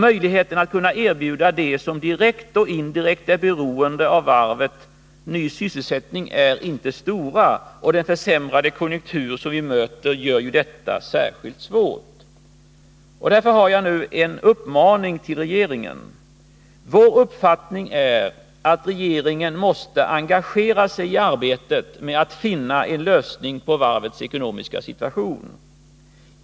Möjligheterna att erbjuda dem som är direkt eller indirekt beroende av varvet ny sysselsättning är inte stora, och de försämrade konjunkturer vi möter gör det särskilt svårt. Därför har jag nu en uppmaning till regeringen. Vår uppfattning är att regeringen måste engagera sig i arbetet på att finna en lösning av varvets ekonomiska situation.